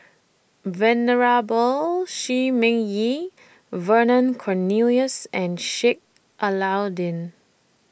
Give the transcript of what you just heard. Venerable Shi Ming Yi Vernon Cornelius and Sheik Alau'ddin